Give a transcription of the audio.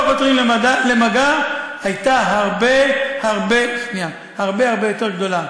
חותרים למגע היה הרבה הרבה יותר גדול.